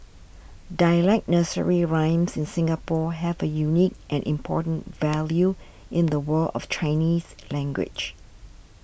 dialect nursery rhymes in Singapore have a unique and important value in the world of Chinese language